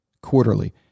quarterly